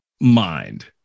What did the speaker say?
mind